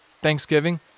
Thanksgiving